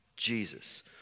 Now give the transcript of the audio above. Jesus